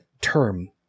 term